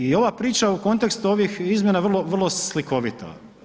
I ova priča u kontekstu ovih izmjena je vrlo slikovita.